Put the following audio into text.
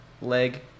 leg